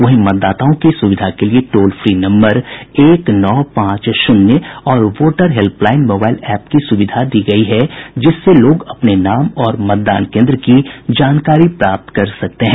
वहीं मतदाताओं की सुविधा के लिए टोल फ्री नम्बर एक नौ पांच शून्य और वोटर हेल्पलाईन मोबाईल एप की सुविधा दी गयी है जिससे लोग अपने नाम और मतदान केन्द्र की जानकारी प्राप्त कर सकते हैं